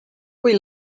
kui